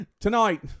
Tonight